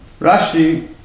Rashi